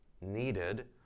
needed